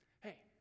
Hey